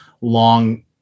long